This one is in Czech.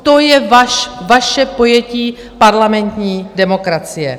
To je vaše pojetí parlamentní demokracie.